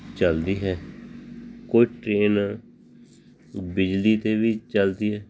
ਚਲਦੀ ਹੈ ਕੋਈ ਟ੍ਰੇਨ ਬਿਜਲੀ 'ਤੇ ਵੀ ਚਲਦੀ ਹੈ